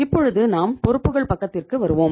இப்பொழுது நாம் பொறுப்புகள் பக்கத்திற்கு வருவோம்